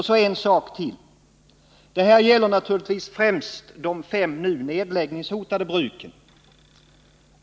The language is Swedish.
Så en sak till. Det här gäller naturligtvis främst de fem nu nedläggningshotade bruken.